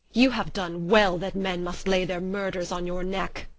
you have done well, that men must lay their murders on your neck.